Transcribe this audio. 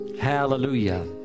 Hallelujah